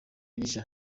gishya